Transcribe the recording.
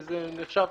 זה נחשב